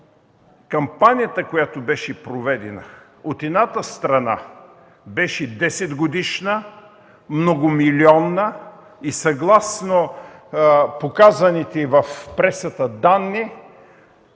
кампанията, която беше проведена от едната страна, беше 10-годишна, многомилионна и съгласно показаните в пресата данни,